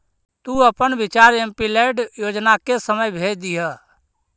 तु अपन विचार एमपीलैड योजना के समय भेज दियह